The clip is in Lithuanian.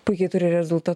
puikiai turi rezulta